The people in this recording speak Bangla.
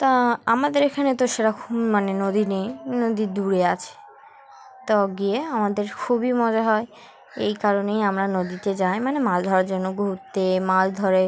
তা আমাদের এখানে তো সেরকম মানে নদী নেই নদী দূরে আছে তো গিয়ে আমাদের খুবই মজা হয় এই কারণেই আমরা নদীতে যাই মানে মাছ ধরার জন্য ঘুরতে মাছ ধরে